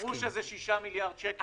אמרו שזה 6 מיליארד שקלים.